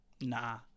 nah